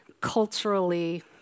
culturally